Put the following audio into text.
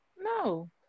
no